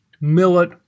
millet